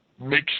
mix